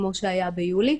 כמו שהיה ביולי,